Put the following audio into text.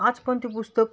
आज पण ते पुस्तक